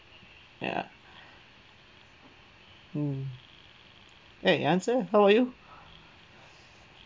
ya mm ) eh answer lah how about you